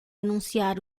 anunciar